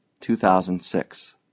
2006